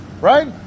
Right